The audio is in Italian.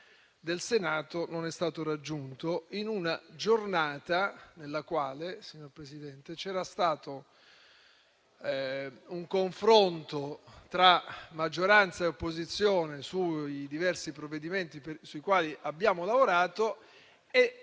del Senato non è stato raggiunto in una giornata nella quale, signor Presidente, c'era stato un confronto tra maggioranza e opposizione sui diversi provvedimenti sui quali abbiamo lavorato e